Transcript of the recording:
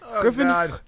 Griffin